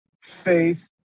faith